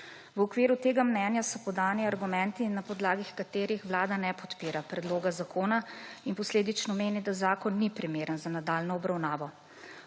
V okviru tega mnenja so podani argumenti, na podlagi katerih Vlada ne podpira predloga zakona in posledično meni, da zakon ni primeren za nadaljnjo obravnavo.